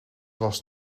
was